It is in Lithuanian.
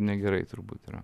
negerai turbūt yra